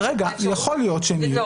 יכול להיות שהן יהיו אבל לא